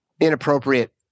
inappropriate